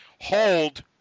hold